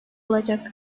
olacak